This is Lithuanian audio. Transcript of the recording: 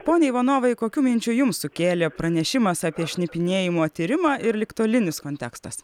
pone ivanovai kokių minčių jums sukėlė pranešimas apie šnipinėjimo tyrimą ir ligtolinis kontekstas